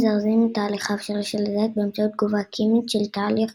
מזרזים את תהליך ההבשלה של הזית באמצעות תגובה כימית של תהליך